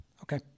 Okay